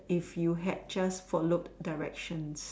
if you had just followed directions